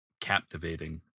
captivating